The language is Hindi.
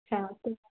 हाँ